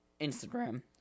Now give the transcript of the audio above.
Instagram